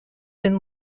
been